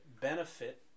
benefit